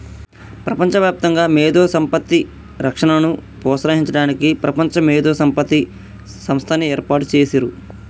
ప్రపంచవ్యాప్తంగా మేధో సంపత్తి రక్షణను ప్రోత్సహించడానికి ప్రపంచ మేధో సంపత్తి సంస్థని ఏర్పాటు చేసిర్రు